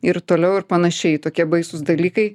ir toliau ir panašiai tokie baisūs dalykai